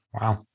Wow